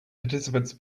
participants